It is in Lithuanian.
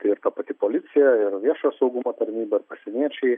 tai ir ta pati policija ir viešojo saugumo tarnyba ir pasieniečiai